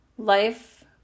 Life